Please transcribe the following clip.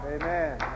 amen